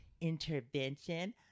intervention